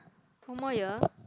one more year